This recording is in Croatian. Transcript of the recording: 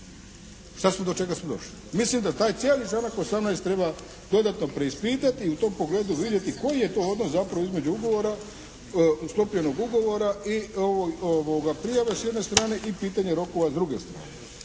Šta smo, do čega smo došli? Mislim da taj cijeli članak 18. treba dodatno preispitati i u tom pogledu vidjeti koji je to odnos zapravo između sklopljenog ugovora i prijave s jedne strane i pitanje rokova s druge strane.